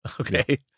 okay